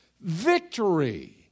Victory